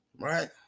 right